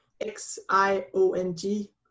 X-I-O-N-G